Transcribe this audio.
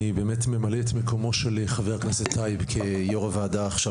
אני ממלא את מקומו של חבר הכנסת טייב כיו"ר הוועדה עכשיו,